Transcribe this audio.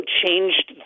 changed